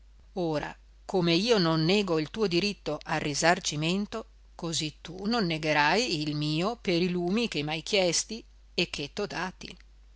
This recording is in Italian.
ora come io non nego il tuo diritto al risarcimento così tu non negherai il mio per i lumi che m'hai chiesti e